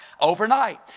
overnight